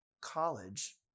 college